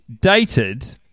dated